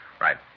Right